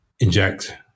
inject